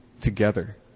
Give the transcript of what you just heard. together